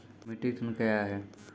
Metric tonne कया हैं?